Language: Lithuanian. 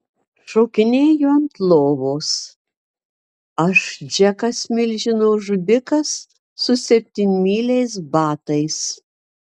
šokinėju ant lovos aš džekas milžino žudikas su septynmyliais batais